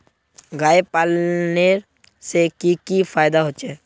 गाय पालने से की की फायदा होचे?